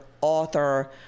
author